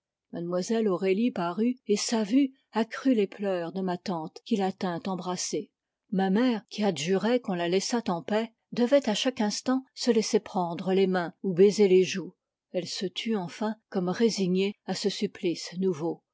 mlle au rélie parut et sa vue accrut les pleurs de ma tante qui la tint embrassée ma mère qui adjurait qu'on la laissât en paix devait à chaque instant se laisser prendre les mains ou baiser les joues elle se tut enfin comme résignée à ce supplice nouveau